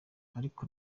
ariko